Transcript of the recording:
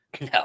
No